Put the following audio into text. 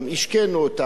השקינו אותם,